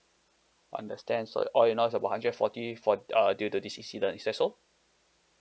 understand so all in all it's about hundred and forty for uh due to this incident is that so